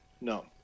No